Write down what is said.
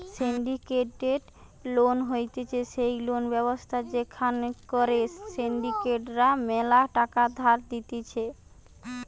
syndicated loan হতিছে সেই loan ব্যবস্থা যেখান করে সিন্ডিকেট রা ম্যালা টাকা ধার দিতেছে